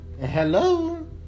hello